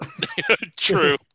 True